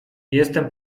jestem